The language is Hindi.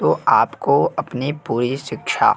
तो आपको अपनी पूरी शिक्षा